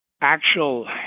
actual